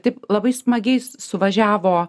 taip labai smagiai suvažiavo